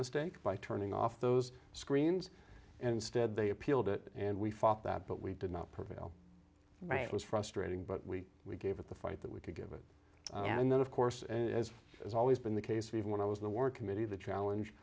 mistake by turning off those screens and instead they appealed it and we fought that but we did not prevail right it was frustrating but we we gave it the fight that we could give it and then of course as is always been the case even when i was the war committee the challenge